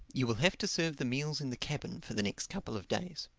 you will have to serve the meals in the cabin for the next couple of days.